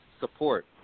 support